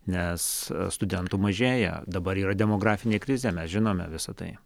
nes studentų mažėja dabar yra demografinė krizė mes žinome visa tai